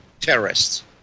terrorists